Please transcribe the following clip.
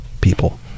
people